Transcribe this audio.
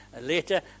later